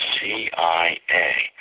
CIA